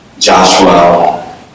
Joshua